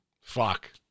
fuck